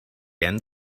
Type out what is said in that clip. end